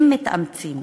אם מתאמצים,